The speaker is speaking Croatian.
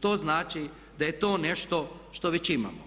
To znači da je to nešto što već imamo,